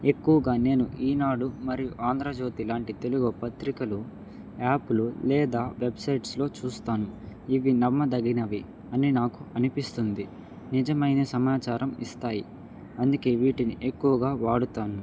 ఎక్కువగా నేను ఈనాడు మరియు ఆంధ్రజ్యోతి లాంటి తెలుగు పత్రికలు యాప్లు లేదా వెబ్సైట్స్లో చూస్తాను ఇవి నమ్మదగినవి అని నాకు అనిపిస్తుంది నిజమైన సమాచారం ఇస్తాయి అందుకే వీటిని ఎక్కువగా వాడుతాను